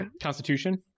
Constitution